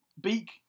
Beak